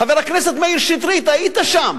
חבר הכנסת מאיר שטרית, היית שם.